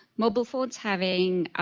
mobile phones having